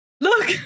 Look